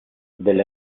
del